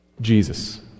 Jesus